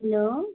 hello